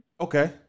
Okay